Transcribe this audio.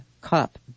cup